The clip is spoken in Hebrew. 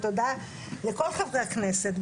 ותודה לכל חברי הכנסת,